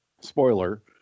spoiler